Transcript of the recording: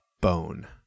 bone